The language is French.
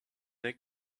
n’est